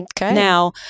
Now